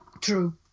True